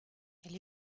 elle